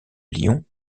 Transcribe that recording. lyon